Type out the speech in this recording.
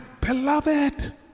beloved